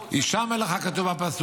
הישמר לך, כתוב בפסוק,